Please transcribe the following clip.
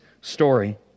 story